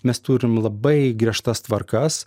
mes turim labai griežtas tvarkas